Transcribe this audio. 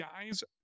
guys